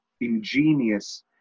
ingenious